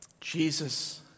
Jesus